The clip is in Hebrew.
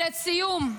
לסיום,